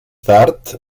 tard